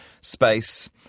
space